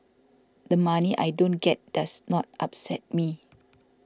the money I don't get does not upset me